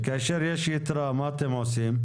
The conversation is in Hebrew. וכאשר יש יתרה, מה אתם עושים?